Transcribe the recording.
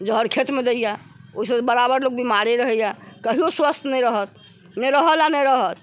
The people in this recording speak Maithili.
जहर खेत मे दैया ओहिसॅं बराबर लोक बीमारे रहैया कहियो स्वस्थ नहि रहत नहि रहल हँ आ नहि रहत